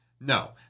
No